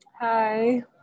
Hi